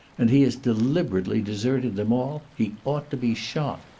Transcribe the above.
and he has deliberately deserted them all. he ought to be shot.